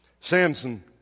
Samson